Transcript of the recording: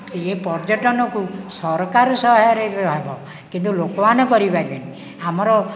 ଏ ପର୍ଯ୍ୟଟନକୁ ସରକାର ସହାୟରେ ହବ କିନ୍ତୁ ଲୋକମାନେ କରିପାରିବେନି ଆମର